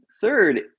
Third